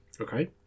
Okay